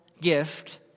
gift